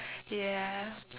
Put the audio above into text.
ya